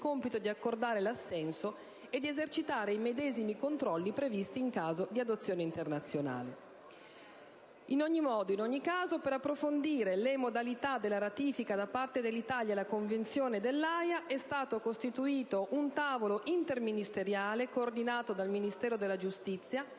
il compito di accordare l'assenso e di esercitare i medesimi controlli previsti in caso di adozione internazionale. In ogni caso, per approfondire le modalità con cui procedere alla ratifica da parte dell'Italia della Convenzione dell'Aja è stato costituito un tavolo interministeriale coordinato dal Ministero della giustizia